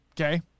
Okay